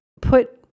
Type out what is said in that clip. Put